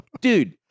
Dude